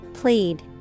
Plead